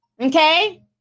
Okay